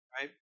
Right